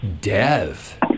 Dev